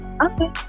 okay